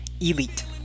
Elite